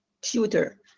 tutor